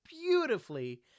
beautifully